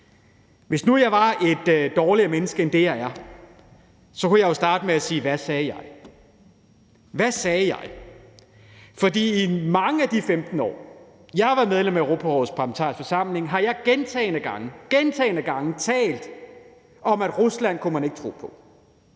Hvis nu jeg var et dårligere menneske end det, jeg er, kunne jeg jo starte med at sige: Hvad sagde jeg? For i mange af de 15 år, jeg har været medlem af Europarådets Parlamentariske Forsamling, har jeg gentagne gange talt om, at man ikke kan stole på